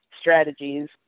strategies